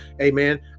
amen